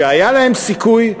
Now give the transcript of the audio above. שהיה להן סיכוי,